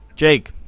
Jake